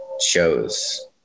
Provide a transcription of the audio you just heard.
shows